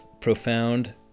profound